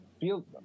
feel